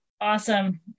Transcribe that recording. awesome